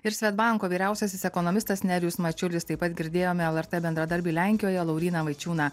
ir svedbanko vyriausiasis ekonomistas nerijus mačiulis taip pat girdėjome lrt bendradarbį lenkijoje lauryną vaičiūną